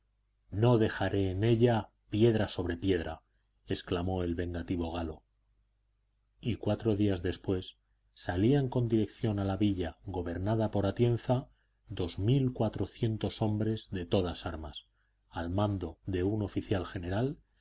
no dejaré en ella piedra sobre piedra exclamó el vengativo galo y cuatro días después salían con dirección a la villa gobernada por atienza dos mil cuatrocientos hombres de todas armas al mando de un oficial general